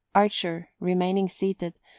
archer, remaining seated,